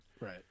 right